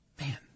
man